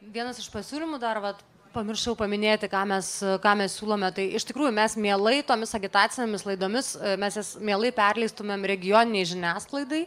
vienas iš pasiūlymų dar vat pamiršau paminėti ką mes ką mes siūlome tai iš tikrųjų mes mielai tomis agitacinėmis laidomis mes jas mielai perleistumėm regioninei žiniasklaidai